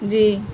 جی